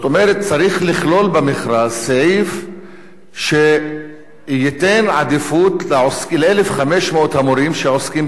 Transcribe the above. צריך לכלול במכרז סעיף שייתן עדיפות ל-1,500 המורים שעוסקים בעניין.